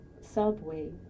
subway